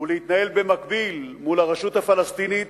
ולהתנהל במקביל מול הרשות הפלסטינית